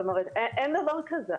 אין דבר כזה.